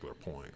point